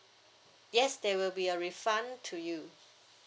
yes there will be a refund to you